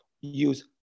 use